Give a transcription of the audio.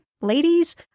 ladies